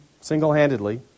single-handedly